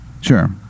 Sure